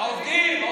עובדים.